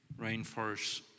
rainforests